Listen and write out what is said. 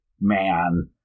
man –